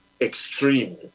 extreme